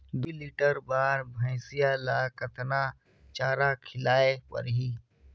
दुई लीटर बार भइंसिया ला कतना चारा खिलाय परही?